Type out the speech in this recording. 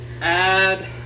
add